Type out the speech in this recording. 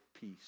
peace